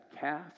calf